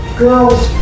girls